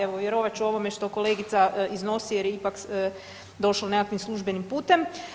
Evo vjerovat ću ovome što kolegica iznosi jer je ipak došlo nekakvim službenim putem.